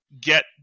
get